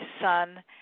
son